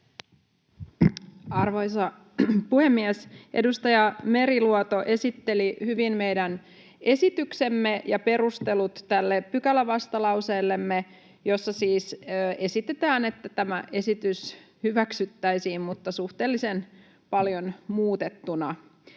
Arvoisa puhemies! Edustaja Meriluoto esitteli hyvin meidän esityksemme ja perustelut tälle pykälävastalauseellemme, jossa siis esitetään, että tämä esitys hyväksyttäisiin mutta suhteellisen paljon muutettuna.